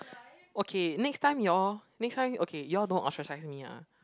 okay next time you all next time okay you all don't ostracise me ah